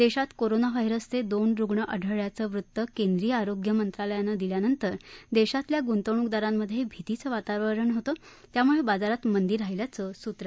देशात कोरोना व्हायरसचे दोन रुग्ण आढळल्याचं वृत्त केंद्रीय आरोग्य मंत्रालयानं दिल्यानंतर देशातल्या गुंतवणूकदारांमधे भीतीचं वातावरण होतं त्यामुळे बाजारात मंदी राहिल्याचं सूत्रांनी सांगितलं